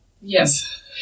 Yes